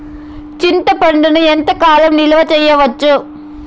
చింతపండును ఎంత కాలం నిలువ చేయవచ్చు?